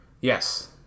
Yes